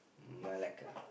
Melaka